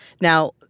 Now